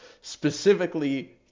Specifically